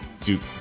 Duke